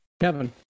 Kevin